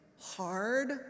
hard